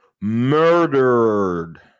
murdered